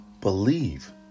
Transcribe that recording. believe